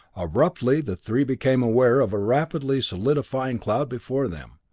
abruptly the three became aware of a rapidly solidifying cloud before them.